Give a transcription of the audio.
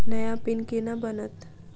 नया पिन केना बनत?